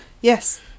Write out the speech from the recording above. Yes